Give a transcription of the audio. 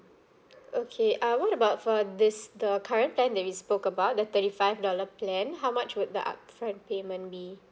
okay uh what about for this the current plan that we spoke about the thirty five dollar plan how much would the upfront payment be